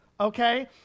Okay